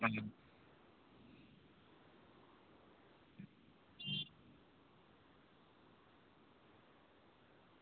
अं